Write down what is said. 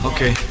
Okay